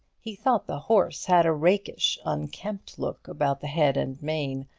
he thought the horse had a rakish, unkempt look about the head and mane,